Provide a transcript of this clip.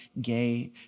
gay